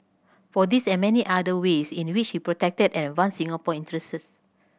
for this and many other ways in which he protected and advanced Singapore's interest